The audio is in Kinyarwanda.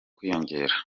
kwiyongera